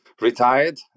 retired